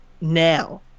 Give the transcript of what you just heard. now